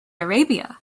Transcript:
arabia